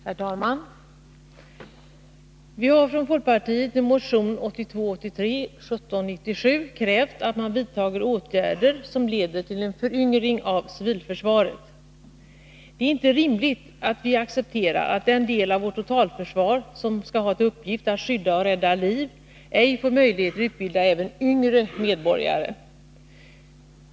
Herr talman! Vi har från folkpartiet i motion 1982/83:1797 krävt att man vidtar åtgärder som leder till en föryngring av civilförsvaret. Det är inte rimligt att vi accepterar att den del av vårt totalförsvar som skall ha till uppgift att skydda och rädda liv ej får möjlighet att utbilda även yngre medborgare.